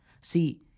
See